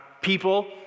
people